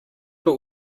but